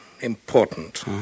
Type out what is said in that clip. important